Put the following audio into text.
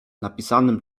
napisanym